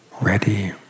ready